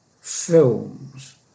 films